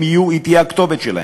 היא תהיה הכתובת שלהם,